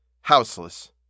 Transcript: houseless